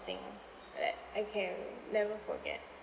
thing that I can never forget